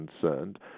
concerned